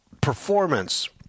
performance